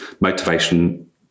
motivation